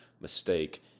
mistake